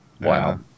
Wow